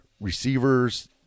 receivers